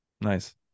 Nice